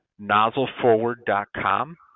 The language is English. NozzleForward.com